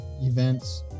events